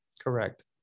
Correct